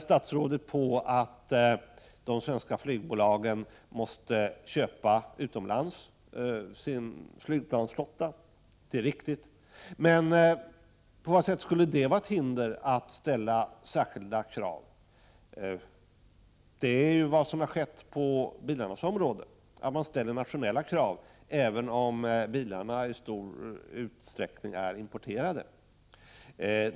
Statsrådet pekar på att de svenska flygbolagen måste köpa sin flygplansflotta utomlands. Det är riktigt. Men på vad sätt skulle det vara ett hinder för att ställa särskilda krav? Det är vad som har skett på bilarnas område. Man ställer nationella krav, även om bilarna i stor utsträckning är importerade.